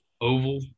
oval